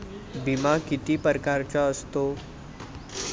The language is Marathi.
बिमा किती परकारचा असतो?